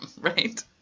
Right